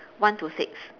one to six